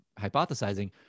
hypothesizing